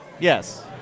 Yes